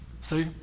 See